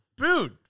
Booed